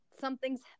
something's